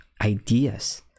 ideas